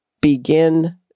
begin